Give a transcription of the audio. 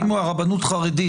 אם הרבנות חרדית,